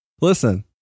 Listen